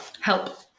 Help